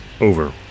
over